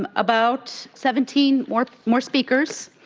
um about seventeen more more speakers.